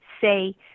say